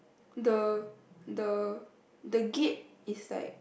the the the gate is like